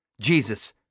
Jesus